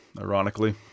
ironically